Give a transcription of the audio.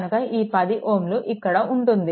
కనుక ఈ 10 Ω ఇక్కడ ఉంటుంది